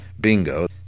Bingo